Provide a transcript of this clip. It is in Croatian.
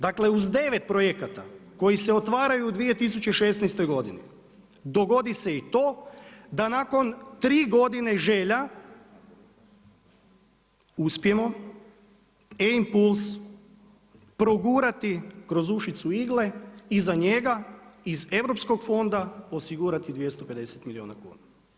Dakle, uz 9 projekata koji se otvaraju u 2016. godini, dogodi se i to da nakon 3 godine želja uspijemo E-impuls progurati kroz ušicu igle i za njega iz europskog fonda osigurati 250 milijuna kuna.